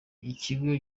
ikigo